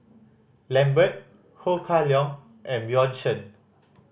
Lambert Ho Kah Leong and Bjorn Shen